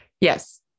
yes